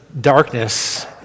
darkness